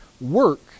work